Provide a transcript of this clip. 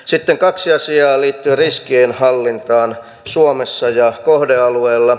sitten kaksi asiaa liittyen riskienhallintaan suomessa ja kohdealueella